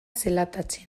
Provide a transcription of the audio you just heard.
zelatatzen